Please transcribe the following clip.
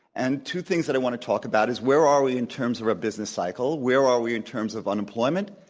and two things that i want to talk about is where are we in terms of our business cycle, where are we in terms of unemployment?